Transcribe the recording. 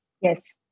Yes